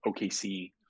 OKC